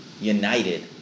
united